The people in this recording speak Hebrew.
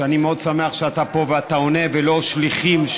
שאני מאוד שמח שאתה פה ואתה עונה ולא שליחים,